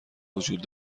وجود